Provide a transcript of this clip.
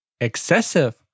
excessive